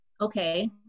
okay